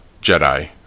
Jedi